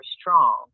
strong